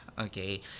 Okay